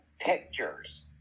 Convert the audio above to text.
pictures